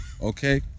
okay